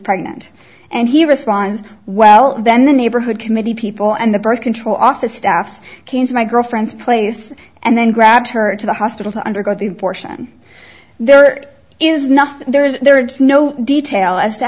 pregnant and he responds well then the neighborhood committee people and the birth control office staff came to my girlfriend's place and then grabbed her to the hospital to undergo the portion there is nothing there is there are no detail as to